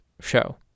show